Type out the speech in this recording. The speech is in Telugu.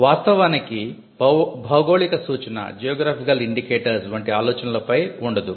వాస్తవానికి భౌగోళిక సూచనవంటి ఆలోచనలపై ఉండదు